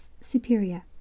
superior